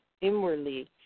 inwardly